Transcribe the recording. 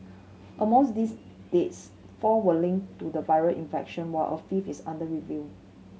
among these deaths four were linked to the viral infection while a fifth is under review